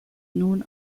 nun